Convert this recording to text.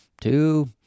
two